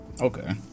Okay